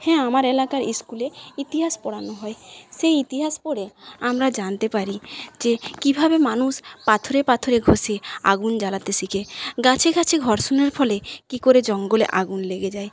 হ্যাঁ আমার এলাকার ইস্কুলে ইতিহাস পড়ানো হয় সেই ইতিহাস পড়ে আমরা জানতে পারি যে কিভাবে মানুষ পাথরে পাথরে ঘষে আগুন জ্বালাতে শেখে গাছে গাছে ঘর্ষণের ফলে কি করে জঙ্গলে আগুন লেগে যায়